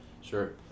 Sure